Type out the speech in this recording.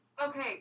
Okay